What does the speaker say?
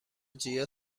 جیا